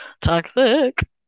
toxic